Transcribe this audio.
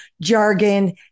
jargon